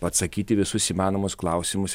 atsakyt į visus įmanomus klausimus